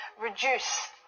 reduce